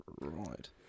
Right